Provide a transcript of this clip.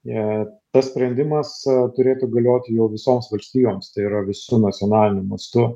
jei tas sprendimas turėtų galioti jau visoms valstijoms tai yra visu nacionaliniu mastu